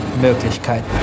Möglichkeiten